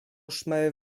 szmer